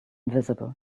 visible